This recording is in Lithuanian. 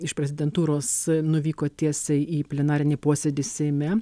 iš prezidentūros nuvyko tiesiai į plenarinį posėdį seime